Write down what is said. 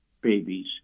babies